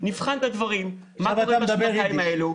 נבחן מה קורה בשנתיים האלה --- עכשיו אתה מדבר יידיש,